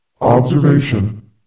Observation